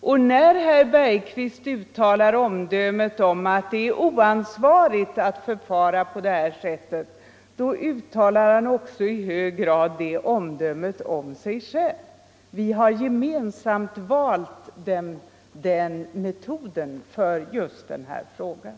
Och när herr Bergqvist uttalar omdömet att det är oansvarigt att förfara på det här sättet uttalar han också i hög grad det omdömet om sig själv. Vi har gemensamt valt denna metod för just den här frågan.